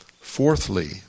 fourthly